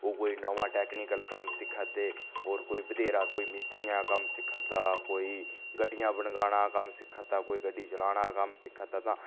ओह् कोई नमां टेक्निकल कम्म सिक्खै दे होर कोई बधेरा कोई मिस्तरियें दा कम्म सिक्खा दा कोई गड्डियां बनकाने दा कम्म सिक्खा दा कोई गड्डी चलाने दा कम्म सिक्खा दा तां